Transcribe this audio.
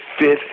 fifth